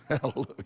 hallelujah